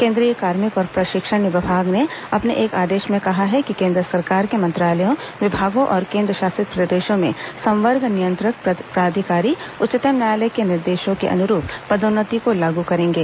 केंद्रीय कार्मिक और प्रशिक्षण विभाग ने अपने एक आदेश में कहा है कि केन्द्र सरकार के मंत्रालयों विभागों और केन्द्र शासित प्रदेशों में संवर्ग नियंत्रक प्राधिकारी उच्चतम न्यायालय के निर्देशों के अनुरूप पदोन्नति को लागू करेंगे